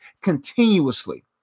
continuously